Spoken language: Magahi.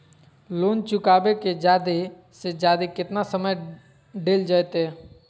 लोन चुकाबे के जादे से जादे केतना समय डेल जयते?